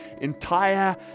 entire